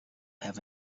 have